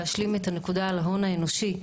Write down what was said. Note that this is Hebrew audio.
להשלים את הנקודה על ההון האנושי.